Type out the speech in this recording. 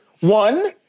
One